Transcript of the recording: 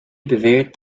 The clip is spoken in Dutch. beweert